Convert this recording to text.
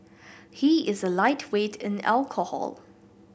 he is a lightweight in alcohol